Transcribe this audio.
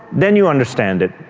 then you understand it.